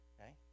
Okay